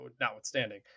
notwithstanding